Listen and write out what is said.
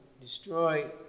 destroy